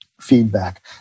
feedback